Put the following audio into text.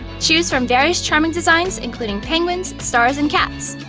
choose from various charming designs including penguins, stars, and cats!